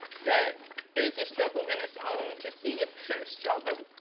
that it is a struggle in its own to see your parents struggle,